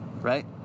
right